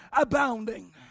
abounding